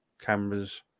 cameras